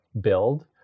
build